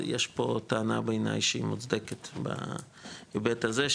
יש פה טענה בעיניי שהיא מצודקת בהיבט הזה,